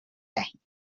دهیم